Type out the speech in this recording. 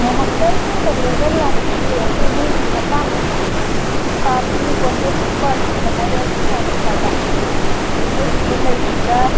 ꯉꯥꯏꯍꯥꯛꯇꯪ ꯂꯩꯔꯒ ꯂꯥꯛꯄꯤꯌꯨ ꯑꯗꯨ ꯅꯣꯏꯒꯤ ꯑꯄꯥꯝꯕ ꯁꯨꯛ ꯄꯥꯝꯃꯤ ꯕꯣꯇꯟ ꯁꯨꯛ ꯄꯥꯝꯃꯤꯗꯣ ꯍꯥꯏꯔꯛꯑꯗꯤ ꯐꯅ ꯐꯕ ꯑꯩꯒꯤꯗ ꯂꯩꯔꯤꯕ꯭ꯔꯥ